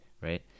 right